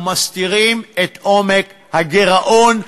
ומסתירים את עומק הגירעון,